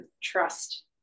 trust